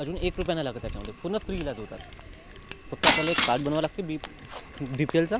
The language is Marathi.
अजून एक रुपया नाही लागत त्याच्यामध्ये पूर्ण फ्री इलाज होतात फक्त आपल्याला एक कार्ड बनवावं लागतं बी बी पी एलचं